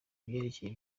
byerekeye